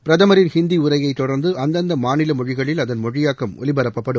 பிரதமரின் ஹிந்தி உரையை தொடர்ந்து அந்தந்த மாநில மொழிகளில் அதன் மொழியாக்கம் ஒலிபரப்பப்படும்